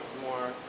more